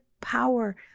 power